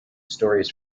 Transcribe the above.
stories